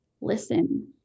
listen